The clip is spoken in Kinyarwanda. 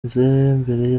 mbere